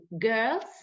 girls